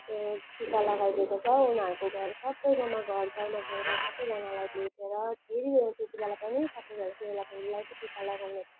टिका लगाइदिएको छ उनीहरूको घर सबैकोमा घरघरमा गएर सबैजानालाई भेटेर फेरि त्यति बेला पनि सबैजाना टिका लागउनेलाई चाहिँ टिका लगाउने